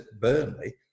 Burnley